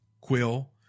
Quill